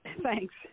Thanks